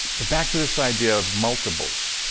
but back to this idea of multiples,